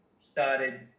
started